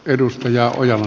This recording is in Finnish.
edustaja ojala on